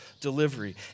delivery